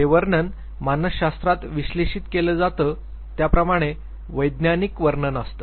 हे वर्णन मानसशास्त्रात विश्लेषित केलं जातं त्याप्रमाणेच वैज्ञानिक वर्णन असतं